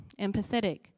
empathetic